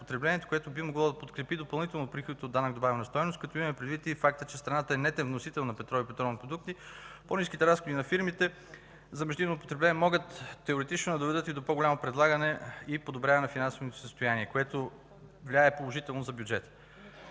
което би могло да подкрепи допълнително приходите от данък добавена стойност. Като имаме предвид и факта, че страната е нетен вносител на петрол и петролни продукти, по-ниските разходи на фирмите за междинно потребление могат теоретично да доведат и до по-голямо предлагане и подобряване на финансовото им състояние, което влияе положително за бюджета.